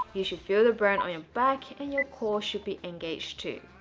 you should feel the burn on your back and your core should be engaged too